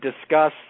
discuss